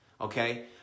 okay